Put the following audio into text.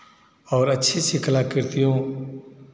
और अच्छी अच्छी कलाकृतियों